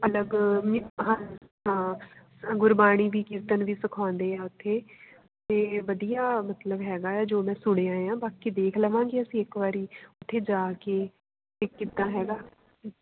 ਅਲੱਗ ਹਾਂ ਹਾਂ ਗੁਰਬਾਣੀ ਵੀ ਕੀਰਤਨ ਵੀ ਸਿਖਾਉਂਦੇ ਆ ਉੱਥੇ ਅਤੇ ਵਧੀਆ ਮਤਲਬ ਹੈਗਾ ਆ ਜੋ ਮੈਂ ਸੁਣਿਆ ਆ ਬਾਕੀ ਦੇਖ ਲਵਾਂਗੇ ਅਸੀਂ ਇੱਕ ਵਾਰੀ ਉੱਥੇ ਜਾ ਕੇ ਵੀ ਕਿੱਦਾਂ ਹੈਗਾ